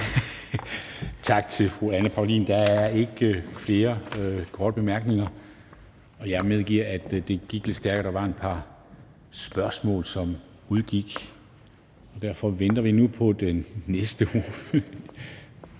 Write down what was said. Tak til fru Anne Paulin. Der er ikke nogen korte bemærkninger. Jeg medgiver, at spørgetiden gik lidt stærkt, og der var et par spørgsmål, som udgik. Derfor venter vi nu på den næste